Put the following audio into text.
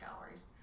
calories